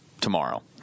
tomorrow